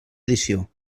edició